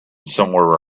somewhere